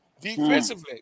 defensively